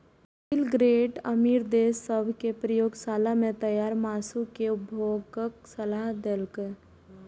bill Gates अमीर देश सभ कें प्रयोगशाला मे तैयार मासु केर उपभोगक सलाह देलकैए